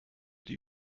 die